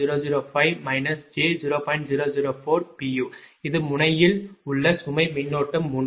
u இது முனையில் உள்ள சுமை மின்னோட்டம் 3